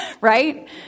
right